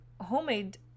homemade